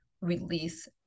release